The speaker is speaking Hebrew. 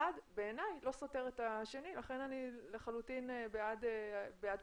בעיניי אחד לא סותר את השני ולכן אני לחלוטין בעד פתרון.